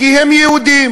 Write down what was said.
כי הם יהודים.